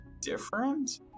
different